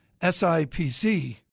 SIPC